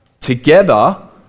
together